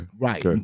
Right